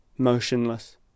motionless